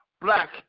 black